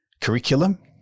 curriculum